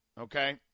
okay